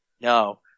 no